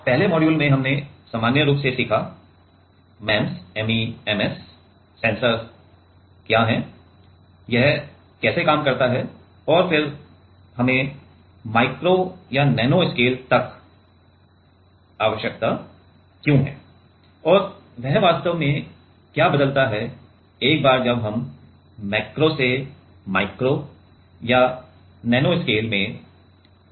पहले मॉड्यूल में हमने सामान्य रूप से सीखा MEMS सेंसर क्या है यह कैसे काम करता है और फिर हमें माइक्रो या नैनो स्केल तक आवश्यकता क्यों है और यह वास्तव में क्या बदलता है एक बार जब हम मैक्रो से माइक्रो या नैनो स्केल में जा रहे हैं